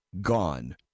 gone